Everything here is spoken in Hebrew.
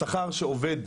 השכר שעובד,